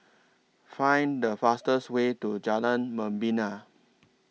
Find The fastest Way to Jalan Membina